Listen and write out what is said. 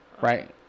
Right